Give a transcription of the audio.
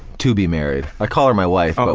to be married. i call her my wife, but